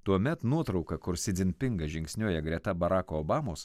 tuomet nuotrauka kur si dzinpingas žingsniuoja greta barako obamos